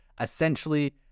Essentially